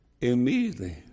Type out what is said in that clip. immediately